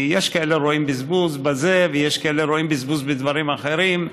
יש כאלה רואים בזבוז בזה ויש כאלה שרואים בזבוז בדברים אחרים,